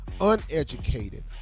uneducated